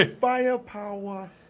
Firepower